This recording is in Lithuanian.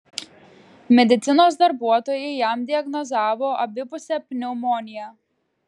medicinos darbuotojai jam diagnozavo abipusę pneumoniją